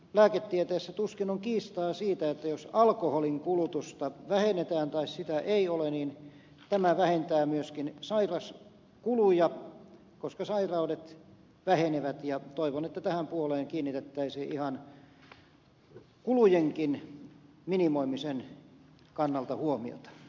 lääketieteessä tuskin on kiistaa siitä että jos alkoholin kulutusta vähennetään tai sitä ei ole niin tämä vähentää myöskin sairauskuluja koska sairaudet vähenevät ja toivon että tähän puoleen kiinnitettäisiin ihan kulujenkin minimoimisen kannalta huomiota